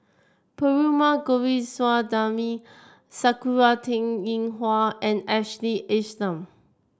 Perumal Govindaswamy Sakura Teng Ying Hua and Ashley Isham